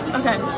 okay